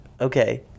okay